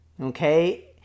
okay